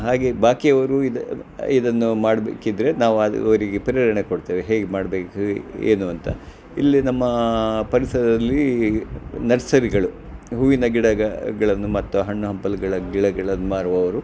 ಹಾಗೆ ಬಾಕಿಯವರು ಇದನ್ನು ಇದನ್ನು ಮಾಡಬೇಕಿದ್ರೆ ನಾವು ಅದು ಅವರಿಗೆ ಪ್ರೇರಣೆ ಕೊಡ್ತೇವೆ ಹೇಗೆ ಮಾಡಬೇಕು ಏನು ಅಂತ ಇಲ್ಲಿ ನಮ್ಮ ಪರಿಸರದಲ್ಲಿ ನರ್ಸರಿಗಳು ಹೂವಿನ ಗಿಡಗಳ ಗಳನ್ನು ಮತ್ತು ಹಣ್ಣು ಹಂಪಲಗಳ ಗಿಡಗಳನ್ನು ಮಾರುವವರು